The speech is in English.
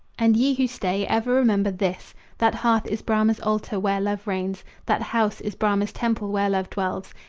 and ye who stay, ever remember this that hearth is brahma's altar where love reigns, that house is brahma's temple where love dwells,